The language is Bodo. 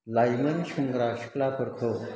लाइमोन सेंग्रा सिख्लाफोरखौ